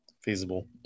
feasible